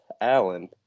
Alan